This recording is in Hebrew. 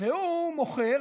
והוא מוכר,